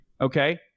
okay